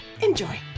Enjoy